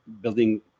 building